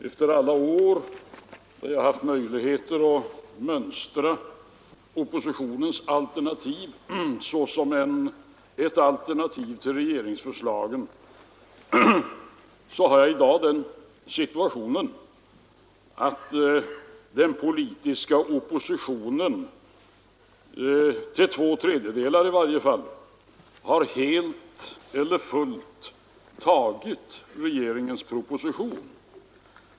Efter alla år då jag haft möjligheter att mönstra oppositionens förslag såsom ett alternativ till regeringsförslagen, har jag i dag den situationen att den politiska oppositionen — till två tredjedelar i varje fall — helt och fullt har biträtt regeringens proposition.